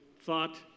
thought